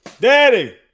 Daddy